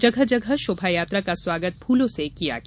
जगह जगह शोभायात्रा का स्वागत फूलों से किया गया